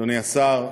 אדוני השר,